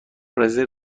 رزرو